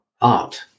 art